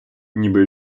ніби